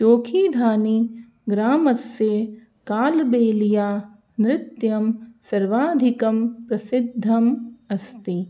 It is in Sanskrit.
चोखीधानी ग्रामस्य कालबेलियानृत्यं सर्वाधिकं प्रसिद्धं अस्ति